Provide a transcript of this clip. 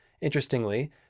Interestingly